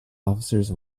officers